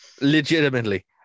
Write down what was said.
legitimately